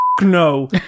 no